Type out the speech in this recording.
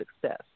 success